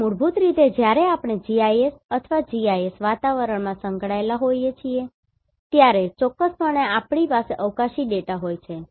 તેથી મૂળભૂત રીતે જ્યારે આપણે GIS અથવા GIS વાતાવરણમાં સંકળાયેલા હોઈએ છીએ ત્યારે ચોક્કસપણે આપણી પાસે અવકાશી ડેટા હોય છે